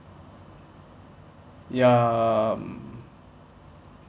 ya mm